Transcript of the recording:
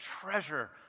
treasure